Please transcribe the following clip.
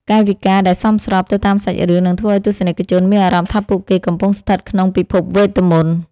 កាយវិការដែលសមស្របទៅតាមសាច់រឿងនឹងធ្វើឱ្យទស្សនិកជនមានអារម្មណ៍ថាពួកគេកំពុងស្ថិតក្នុងពិភពវេទមន្ត។